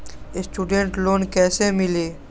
Student loan कैसे मिली?